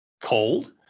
cold